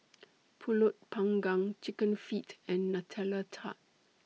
Pulut Panggang Chicken Feet and Nutella Tart